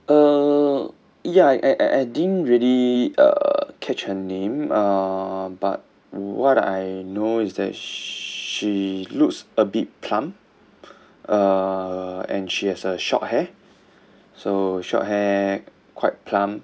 uh ya I I didn't really uh catch her name uh but what I know is that she looks a bit plump uh and she has a short hair so short hair quite plump